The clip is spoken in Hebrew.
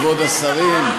כבוד השרים,